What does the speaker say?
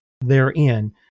therein